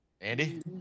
Andy